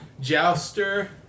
jouster